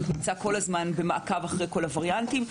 נמצא כל הזמן במעקב אחרי כל הווריאנטים.